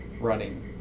running